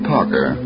Parker